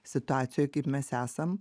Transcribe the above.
situacijoj kaip mes esam